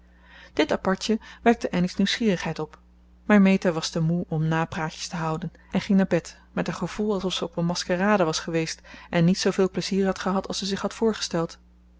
dit apartje wekte annie's nieuwsgierigheid op maar meta was te moe om napraatjes te houden en ging naar bed met een gevoel alsof zij op een maskerade was geweest en niet zooveel plezier had gehad als ze zich had voorgesteld